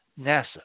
NASA